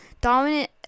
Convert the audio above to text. dominant